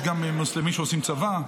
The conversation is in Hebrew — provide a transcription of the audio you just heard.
יש גם מוסלמים שעושים צבא,